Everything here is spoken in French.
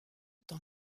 tant